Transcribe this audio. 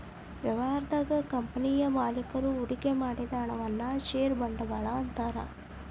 ವ್ಯವಹಾರದಾಗ ಕಂಪನಿಯ ಮಾಲೇಕರು ಹೂಡಿಕೆ ಮಾಡಿದ ಹಣವನ್ನ ಷೇರ ಬಂಡವಾಳ ಅಂತಾರ